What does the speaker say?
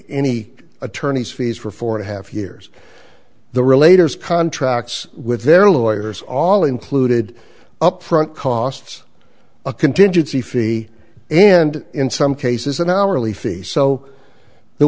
any attorney's fees for four and a half years the relator contracts with their lawyers all included upfront costs a contingency fee and in some cases an hourly fee so the